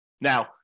Now